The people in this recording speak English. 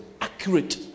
Accurate